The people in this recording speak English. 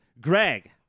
Greg